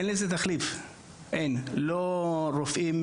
אין לזה תחליף.